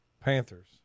Panthers